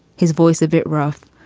his voice a bit rough,